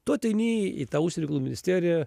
tu ateini į tą užsienio reikalų ministeriją